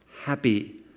happy